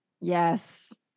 Yes